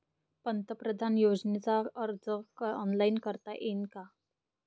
पंतप्रधान योजनेचा अर्ज ऑनलाईन करता येईन का?